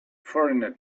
foreigner